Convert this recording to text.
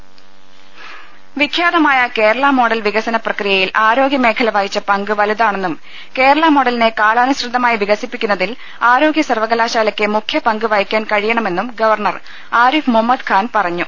ദർവ്വക്കും പ വിഖ്യാതമായ കേരളാമോഡൽ വികസന് പ്രക്രിയയിൽ ആരോഗ്യമേഖ ല വഹിച്ച പങ്ക് വലുതാണെന്നും കേരള മോഡലിനെ കാലാനുസൃതമായി വികസിപ്പിക്കുന്നതിൽ ആരോഗൃ സർവ്വകലാശാലക്ക് മുഖ്യപങ്ക് വഹിക്കാൻ കഴിയണമെന്നും ഗവർണർ ആരിഫ് മുഹമ്മദ് ഖാൻ പറഞ്ഞു